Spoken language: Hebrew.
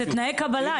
זה בתנאי קבלה.